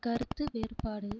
கருத்து வேறுபாடு